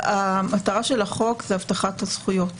המטרה של החוק היא הבטחת הזכויות.